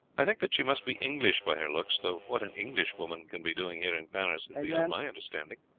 i think that she must be english by her looks, though what an english woman can be doing here in paris is beyond my understanding,